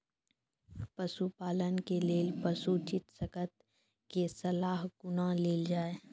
पशुपालन के लेल पशुचिकित्शक कऽ सलाह कुना लेल जाय?